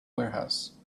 warehouse